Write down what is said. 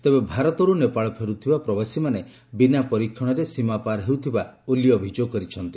ତେବେ ଭାରତର୍ ନେପାଳ ଫେରୁଥିବା ପ୍ରବାସୀମାନେ ବିନା ପରୀକ୍ଷଣରେ ସୀମା ପାର ହେଉଥିବା ଓଲି ଅଭିଯୋଗ କରିଛନ୍ତି